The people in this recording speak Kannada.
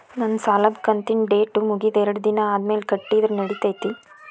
ನನ್ನ ಸಾಲದು ಕಂತಿನ ಡೇಟ್ ಮುಗಿದ ಎರಡು ದಿನ ಆದ್ಮೇಲೆ ಕಟ್ಟಿದರ ನಡಿತೈತಿ?